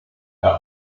her